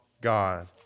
God